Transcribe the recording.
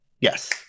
Yes